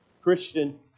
Christian